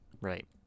Right